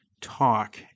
talk